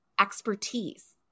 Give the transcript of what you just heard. expertise